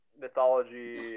mythology